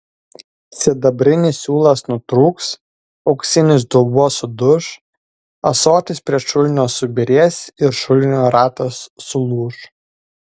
sidabrinis siūlas nutrūks auksinis dubuo suduš ąsotis prie šulinio subyrės ir šulinio ratas sulūš